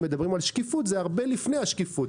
אם מדברים על שקיפות, זה הרבה מעבר לשקיפות.